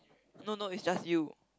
no no it's just you